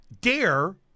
dare